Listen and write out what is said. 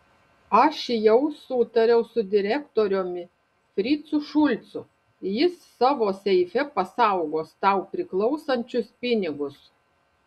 aš jau sutariau su direktoriumi fricu šulcu jis savo seife pasaugos tau priklausančius pinigus